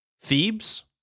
Thebes